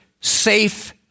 Safe